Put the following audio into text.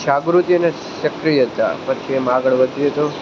જાગૃતિ અને સક્રિયતા પછી એમાં આગળ વધીએ તો